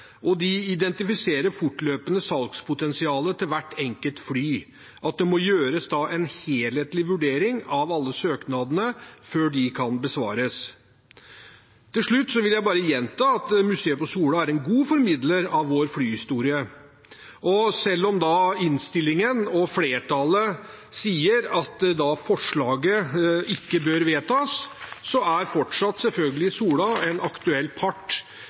og de identifiserer fortløpende salgspotensialet til hvert enkelt fly. Det må gjøres en helhetlig vurdering av alle søknadene før de kan besvares. Til slutt vil jeg bare gjenta at museet på Flyhistorisk Museum Sola er en god formidler av vår flyhistorie. Selv om flertallet i innstillingen sier at forslaget ikke bør vedtas, er fortsatt museet på Sola selvfølgelig en aktuell part